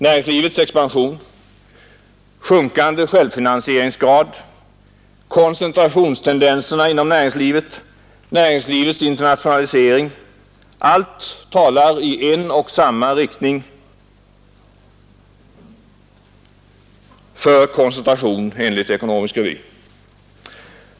Näringslivets expansion, sjunkande självfinansieringsgrad, koncentrationstendenserna inom näringslivet, näringslivets internationalisering — allt talar enligt Ekonomisk Revy i en och samma riktning: för koncentration.